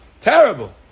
Terrible